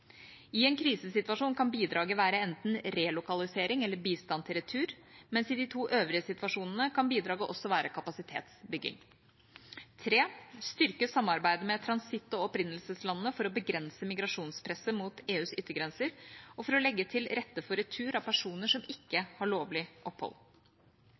I en krisesituasjon kan bidraget være enten relokalisering eller bistand til retur, mens bidraget i de to øvrige situasjonene også kan være kapasitetsbygging. 3. Styrke samarbeidet med transitt- og opprinnelseslandene for å begrense migrasjonspresset mot EUs yttergrenser og for å legge til rette for retur av personer som ikke har lovlig opphold.